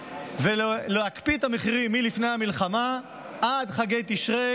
להקפיא את המחירים מלפני המלחמה עד חגי תשרי.